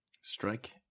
strike